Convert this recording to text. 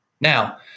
Now